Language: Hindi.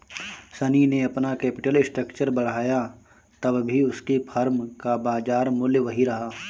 शनी ने अपना कैपिटल स्ट्रक्चर बढ़ाया तब भी उसकी फर्म का बाजार मूल्य वही रहा